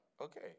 Okay